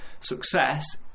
success